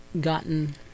gotten